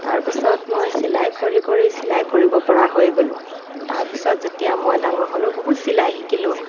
তাৰ পিছত মই চিলাই কৰি কৰি চিলাই কৰিব পৰা হৈ গ'লো তাৰ পিছত যেতিয়া মই ডাঙৰ হ'লো বহুত চিলাই শিকিলোঁ